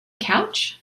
couch